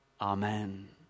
Amen